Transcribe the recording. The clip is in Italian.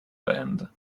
band